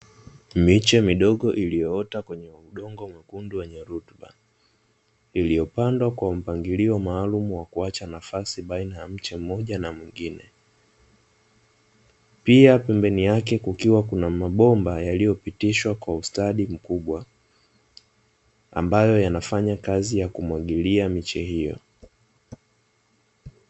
Miche midogo iliyoota kwenye udongo mwekundu wenye rutuba, iliyopandwa kwa mpangilio maalumu wa kuacha nafasi baina ya mche mmoja na mwingine. Pia pembeni yake kukiwa kuna mabomba yaliyopitishwa kwa ustadi mkubwa, ambayo yanafanya kazi ya kumwagilia miche hiyo.